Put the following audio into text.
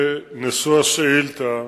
מושא השאילתא,